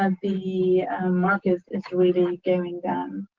um the market is really going